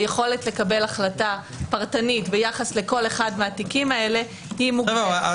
היכולת לקבל החלטה פרטנית ביחס לכל אחד מהתיקים האלה היא מוגבלת.